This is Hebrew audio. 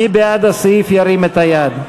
מי בעד הסעיף, ירים את היד.